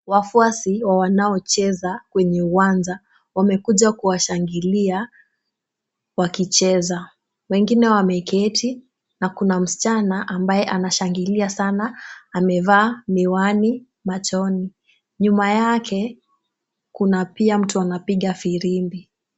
Wafuasi wa wanaocheza kwenye uwanja wamekuja kuwashangilia wakicheza. Wengine wameketi na kuna msichana ambaye anashangilia sana amevaa miwani machoni. Nyuma yake kuna pia mtu anapiga firimbi.